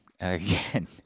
again